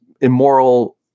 immoral